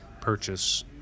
purchase